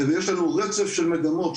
ויש לנו רצף של מגמות,